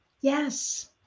Yes